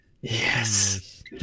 Yes